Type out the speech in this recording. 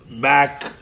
back